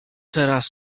teraz